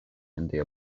india